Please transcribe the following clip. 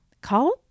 call